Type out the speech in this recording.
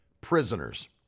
prisoners